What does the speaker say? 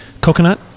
Coconut